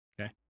okay